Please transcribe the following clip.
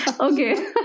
okay